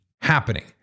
happening